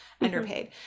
underpaid